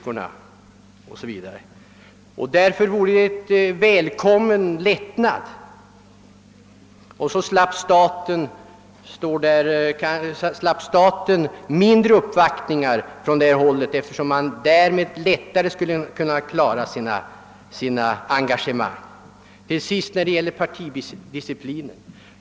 Därför skulle en sådan här avdragsrätt, medföra en välkommen lättnad, och regeringen skulle få färre uppvaktningar från dessa organisationer, eftersom de lättare skulle kunna klara sina ekonomiska engagemang. Så bara ett par ord om partidisciplinen.